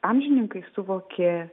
amžininkai suvokė